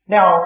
Now